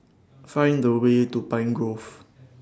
Find The Way to Pine Grove